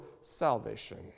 salvation